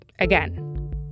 Again